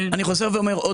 אני חוזר ואומר,